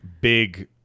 big